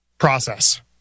process